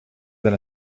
than